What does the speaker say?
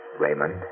Raymond